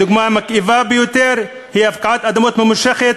הדוגמה המכאיבה ביותר היא הפקעת אדמות ממושכת,